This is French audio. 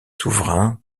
souverains